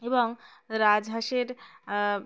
এবং রাজহাঁসের